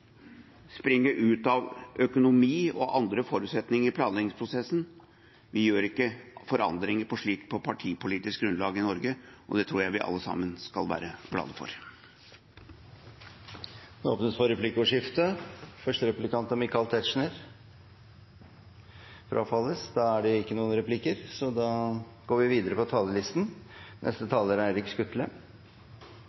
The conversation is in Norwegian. springe ut av økonomi og andre forutsetninger i planleggingsprosessen. Vi gjør ikke forandringer på slikt på partipolitisk grunnlag i Norge, og det tror jeg vi alle sammen skal være glade for. Denne saken handler om departementets eierstyring knyttet til nytt sykehus i Møre og Romsdal. Det